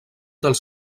dels